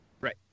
Right